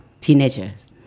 teenagers